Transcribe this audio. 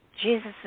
Jesus